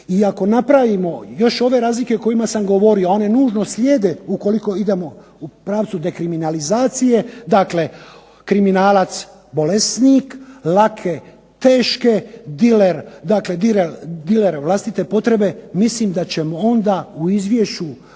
I ako napravimo još ove razlike o kojima sam govorio, a one nužno slijede ukoliko idemo u pravcu dekriminalizacije, dakle kriminalac bolesnik, lake, teške, diler, vlastite potrebe mislim da ćemo onda u izvješću